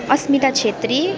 Asmita Chhetri